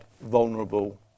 vulnerable